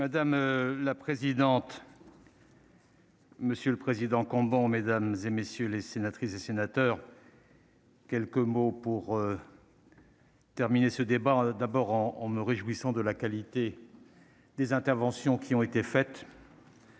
Madame la présidente. Monsieur le président Combo mesdames et messieurs les sénatrices et sénateurs. Quelques mots pour. Terminer ce débat d'abord en en me réjouissant de la qualité des interventions qui ont été faites.